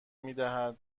میدهد